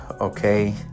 okay